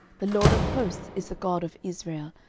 the lord of hosts is the god of israel,